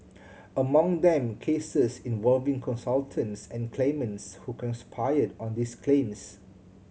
among them cases involving consultants and claimants who conspired on these claims